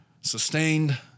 sustained